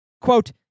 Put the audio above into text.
Quote